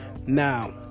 now